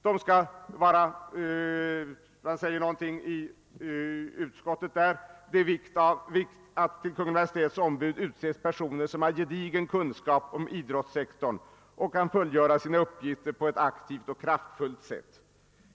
I utskottsutlåtandet framhålles, att det är »av vikt att till Kungl. Maj:ts ombud utses personer som har gedigen kunskap om idrottssektorn och kan fullgöra sina uppgifter på ett aktivt och kraftfullt sätt».